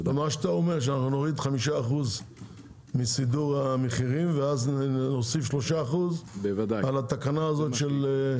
אתה אומר שנוריד 5% מסידור המחירים ונוסיף 3% על התקנה הזו.